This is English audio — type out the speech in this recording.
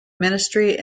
ministry